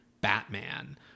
Batman